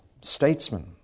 statesman